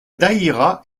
daïra